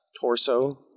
torso